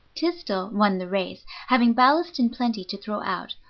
tysdell won the race, having ballast in plenty to throw out,